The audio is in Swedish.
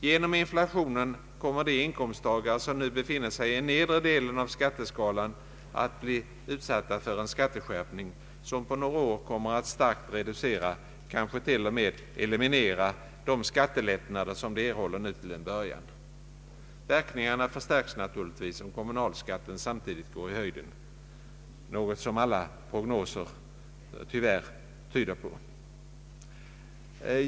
Genom inflationen kommer de inkomsttagare som nu befinner sig i den nedre delen av skatteskalan att bli utsatta för en skatteskärpning, som på några år kommer att starkt reducera, kanske till och med eliminera, de skattelättnader som de erhåller nu till en början. Verkningarna förstärks naturligtvis, om kommunalskatterna samtidigt går i höjden, något som alla prognoser tyvärr tyder på.